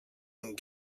and